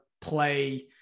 play –